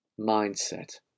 mindset